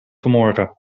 vanmorgen